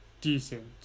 Decent